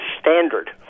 standard